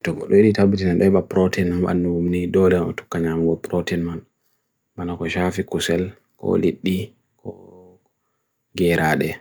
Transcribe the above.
To gulwiri tabutin ndawiba protein. Manu nidodha otukanyamu wa protein manu. Manu ako shaafi kusel, ko liidi, ko gereade.